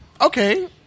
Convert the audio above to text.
okay